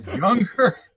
younger